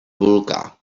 volcà